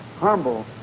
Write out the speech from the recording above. humble